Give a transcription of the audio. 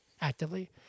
actively